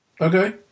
Okay